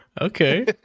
okay